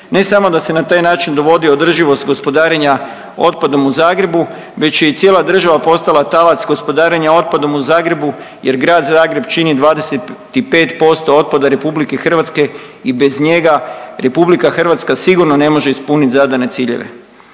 Ne samo da se na taj način dovodi održivost gospodarenja u Zagrebu već je i cijela država postala talac gospodarenja otpadom u Zagrebu jer Grad Zagreb čini 25% otpada RH i bez njega RH sigurno ne može ispuniti zadane ciljeve.